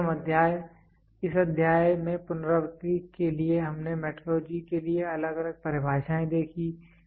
इसलिए इस अध्याय में पुनरावृत्ति के लिए हमने मेट्रोलॉजी के लिए अलग अलग परिभाषाएँ देखीं